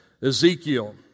Ezekiel